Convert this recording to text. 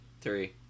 Three